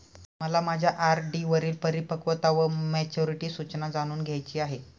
मला माझ्या आर.डी वरील परिपक्वता वा मॅच्युरिटी सूचना जाणून घ्यायची आहे